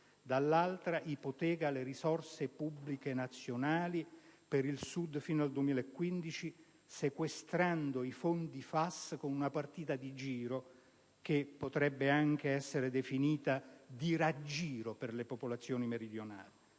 dall'altra ipoteca le risorse pubbliche nazionali per il Sud fino al 2015, sequestrando i fondi FAS con una partita di giro, che potrebbe anche essere definita di "raggiro" per le popolazioni meridionali.